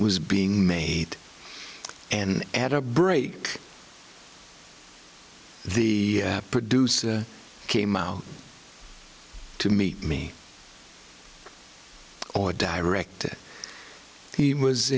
was being made and at a break the producer came out to meet me or direct it he was